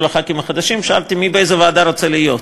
הח"כים החדשים ושאלתי באיזו ועדה הם רוצים להיות.